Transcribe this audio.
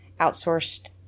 outsourced